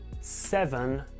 seven